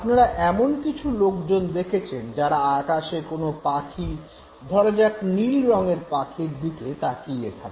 আপনারা এমন কিছু লোকজন দেখেছেন যারা আকাশে কোনো পাখি ধরা যাক নীল রঙের পাখি দিকে তাকিয়ে থাকে